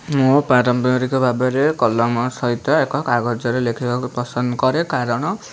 ମୁଁ ପାରମ୍ପାରିକ ଭାବରେ କଲମ ସହିତ ଏକ କାଗଜରେ ଲେଖିବାକୁ ପସନ୍ଦ କରେ କାରଣ